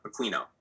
Aquino